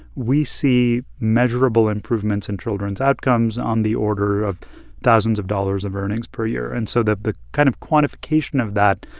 we see measurable improvements in children's outcomes on the order of thousands of dollars of earnings per year. and so the the kind of quantification of that,